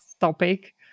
topic